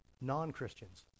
Non-Christians